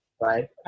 right